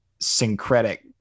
syncretic